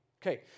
Okay